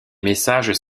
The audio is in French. messages